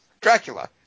Dracula